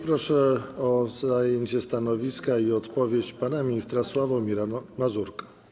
Proszę o zajęcie stanowiska i odpowiedź pana ministra Sławomira Mazurka.